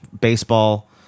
baseball